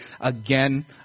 Again